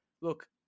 look